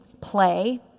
play